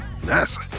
NASA